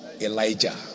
Elijah